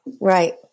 Right